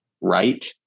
right